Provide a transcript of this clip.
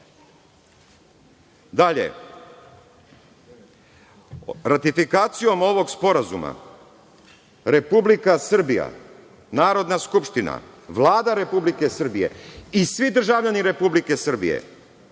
Danska. Dalje, ratifikacijom ovog Sporazuma Republika Srbija, Narodna skupština, Vlada Republike Srbije i svi državljani Republike Srbije